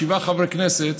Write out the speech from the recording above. שבעה חברי כנסת,